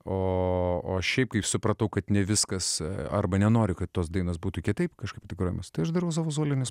o šiaip kaip supratau kad ne viskas arba nenori kad tos dainos būtų kitaip kažkaip tai grojamos tai aš darau savo solinius